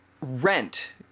Rent